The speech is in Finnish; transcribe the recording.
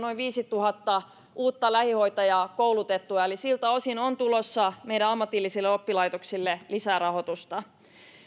viisituhatta uutta lähihoitajaa koulutettua eli siltä osin on tulossa meidän ammatillisille oppilaitoksille lisärahoitusta